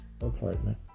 apartment